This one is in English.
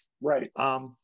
Right